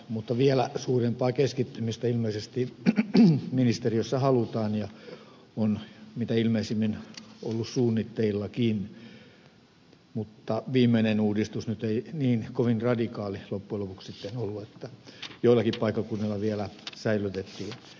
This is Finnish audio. mutta vielä suurempaa keskittymistä ilmeisesti ministeriössä halutaan ja on mitä ilmeisimmin ollut suunnitteillakin mutta viimeinen uudistus nyt ei niin kovin radikaali loppujen lopuksi sitten ollut